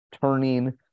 turning